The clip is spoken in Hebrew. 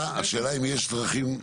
השאלה אם יש דרכים,